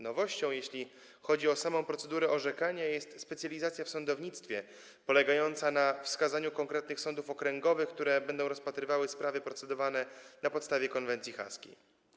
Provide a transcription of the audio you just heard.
Nowością, jeśli chodzi o samą procedurę orzekania, jest specjalizacja przewidziana w sądownictwie, polegająca na wskazaniu konkretnych sądów okręgowych, które będą rozpatrywały sprawy procedowane na podstawie konwencji haskiej.